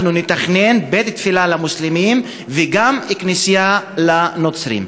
אנחנו נתכנן בית-תפילה למוסלמים וגם כנסייה לנוצרים.